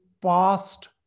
past